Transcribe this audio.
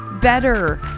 better